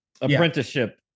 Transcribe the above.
Apprenticeship